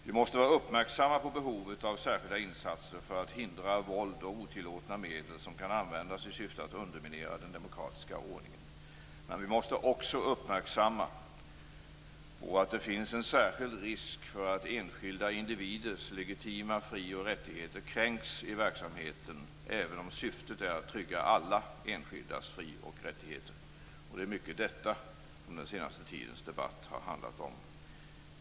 Vi måste vara uppmärksamma på behovet av särskilda insatser för att hindra våld och otillåtna medel som kan användas i syfte att underminera den demokratiska ordningen. Men vi måste också vara uppmärksamma på att det finns en särskild risk för att enskilda individers legitima fri och rättigheter kränks i verksamheten, även om syftet är att trygga alla enskildas fri och rättigheter. Det är mycket detta som den senaste tidens debatt har handlat om.